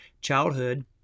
childhood